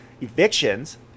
evictions